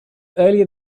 earlier